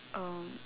um